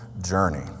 Journey